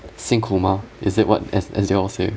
辛苦吗 is it what as as you all said